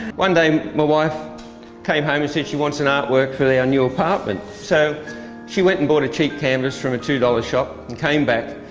one day my wife came home and said she wants an art work for our new apartment. so she went and brought a cheap canvas from a two dollar shop, and came back,